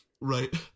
right